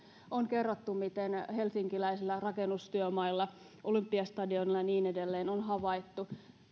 on kerrottu miten helsinkiläisillä rakennustyömailla olympiastadionilla ja niin edelleen on havaittu